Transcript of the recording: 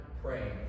praying